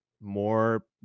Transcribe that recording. more